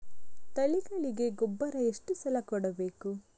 ತಳಿಗಳಿಗೆ ಗೊಬ್ಬರ ಎಷ್ಟು ಸಲ ಕೊಡಬೇಕು?